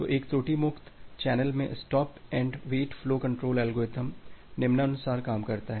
तो एक त्रुटि मुक्त चैनल में stop and wait flow control algorithm निम्नानुसार काम करता है